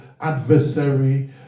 adversary